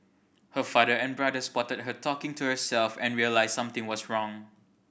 her father and brother spotted her talking to herself and realised something was wrong